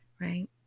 right